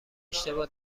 اشتباه